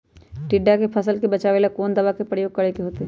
टिड्डा से फसल के बचावेला कौन दावा के प्रयोग करके होतै?